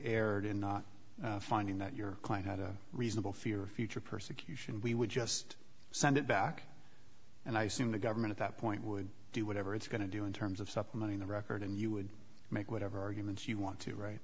erred in not finding that your client had a reasonable fear of future persecution we would just send it back and i assume the government at that point would do whatever it's going to do in terms of supplementing the record and you would make whatever arguments you want to wri